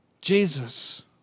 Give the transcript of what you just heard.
Jesus